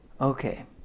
Okay